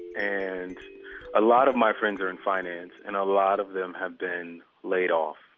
and a lot of my friends are in finance and a lot of them have been laid off.